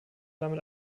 damit